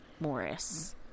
Morris